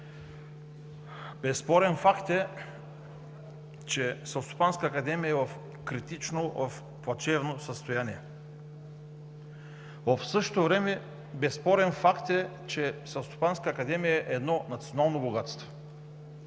Безспорен факт е, че Селскостопанската академия е в критично плачевно състояние. В същото време безспорен факт е, че Селскостопанската академия е едно национално богатство.